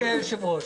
אדוני היושב-ראש,